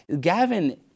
Gavin